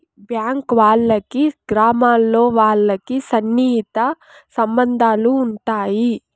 bank వాళ్ళకి గ్రామాల్లో వాళ్ళకి సన్నిహిత సంబంధాలు ఉంటాయి